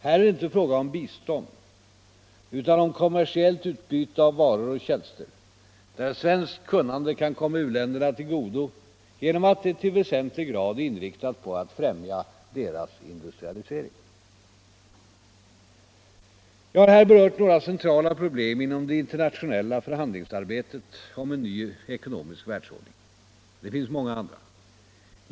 Här är det inte fråga om bistånd utan om kommersiellt utbyte av varor och tjänster, där svenskt kunnande kan komma u-länderna till godo genom att det till väsentlig grad är inriktat på att främja deras industrialisering. Jag har här berört några centrala problem inom det internationella förhandlingsarbetet om en ny ekonomisk världsordning. Det finns många andra.